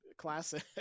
classic